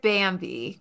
Bambi